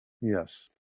Yes